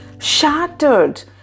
shattered